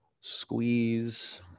squeeze